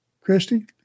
Christy